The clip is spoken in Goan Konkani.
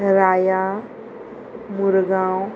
राया मुरगांव